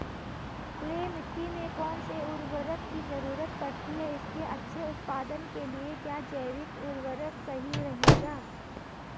Clay मिट्टी में कौन से उर्वरक की जरूरत पड़ती है इसके अच्छे उत्पादन के लिए क्या जैविक उर्वरक सही रहेगा?